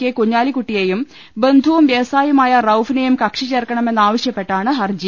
K കുഞ്ഞാലി ക്കുട്ടിയെയും ബന്ധുവും വ്യവസായിയുമായ റൌഫിനെയും കക്ഷി ചേർക്കണമെന്നാവശ്യപ്പെട്ടാണ് ഹർജി